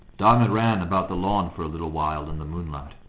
diamond ran about the lawn for a little while in the moonlight.